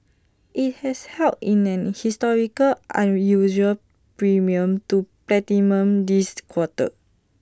IT has held in A historical unusual premium to platinum this quarter